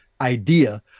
idea